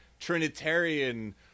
trinitarian